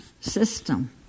system